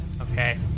Okay